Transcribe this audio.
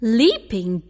leaping